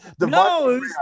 No